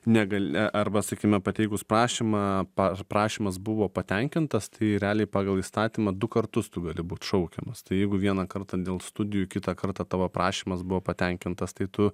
negal a arba sakime pateikus prašymą par prašymas buvo patenkintas tai realiai pagal įstatymą du kartus tu gali būt šaukiamas tai jeigu vieną kartą dėl studijų kitą kartą tavo prašymas buvo patenkintas tai tu